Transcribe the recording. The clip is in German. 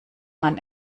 man